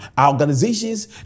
Organizations